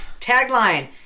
Tagline